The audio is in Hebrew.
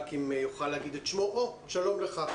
שלום לך.